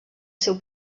seu